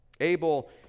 Abel